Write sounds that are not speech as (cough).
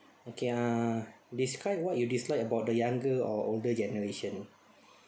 okay uh describe what you dislike about the younger or older generation (breath)